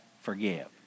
forgive